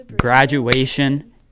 graduation